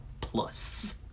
plus